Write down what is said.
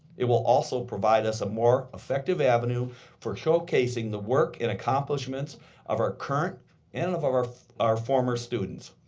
it will also provide us a more effective effective avenue for showcasing the work and accomplishments of our current and of of our our former students.